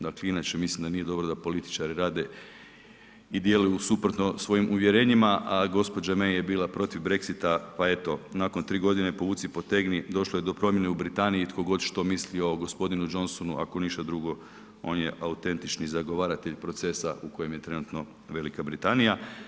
Dakle inače mislim da nije dobro da političari rade i djeluju suprotno svojim uvjerenjima a gospođa May je bila protiv Brexita pa eto nakon 3 godine povuci, potegni, došlo je do promjene u Britaniji tko god što mislio o gospodinu Johnsonu, ako ništa drugo on je autentični zagovaratelj procesa u kojem je trenutno Velika Britanija.